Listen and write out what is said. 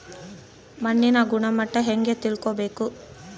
ಮಣ್ಣಿನ ಗುಣಮಟ್ಟ ಹೆಂಗೆ ತಿಳ್ಕೊಬೇಕು?